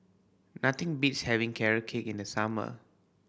nothing beats having Carrot Cake in the summer